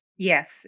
Yes